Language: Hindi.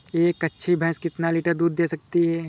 एक अच्छी भैंस कितनी लीटर दूध दे सकती है?